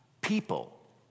people